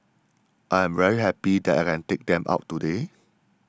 I am very happy that I can take them out today